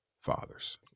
fathers